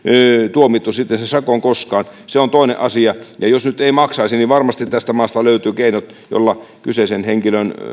tuomittu sitten sen sakon koskaan se on toinen asia ja jos nyt ei maksaisi niin varmasti tästä maasta löytyvät keinot joilla kyseisen henkilön